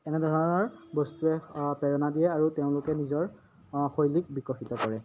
এনেধৰণৰ বস্তুৱে প্ৰেৰণা দিয়ে আৰু তেওঁলোকে নিজৰ শৈলীক বিকশিত কৰে